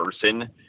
person